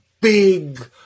big